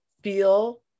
Feel